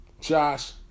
Josh